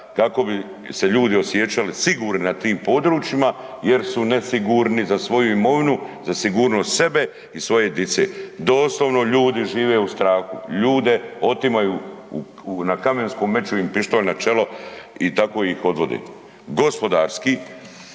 kako bi se ljudi osjećali sigurni na tim područjima jer su nesigurni za svoju imovinu, za sigurnost sebe i svoje dice. Doslovno ljudi žive u strahu, ljude otimaju na Kamenskom, meću im pištolj na čelo i tako ih odvode.